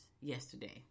yesterday